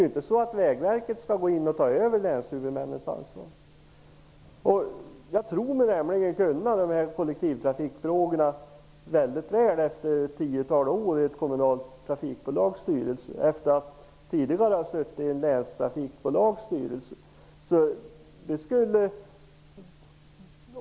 Vägverket skall ju inte gå in och ta över länshuvudmännens ansvar. Jag tror mig kunna kollektivtrafikfrågorna väldigt väl, efter ett tiotal år i ett kommunalt trafikbolags styrelse och efter att tidigare ha suttit i ett länstrafikbolags styrelse.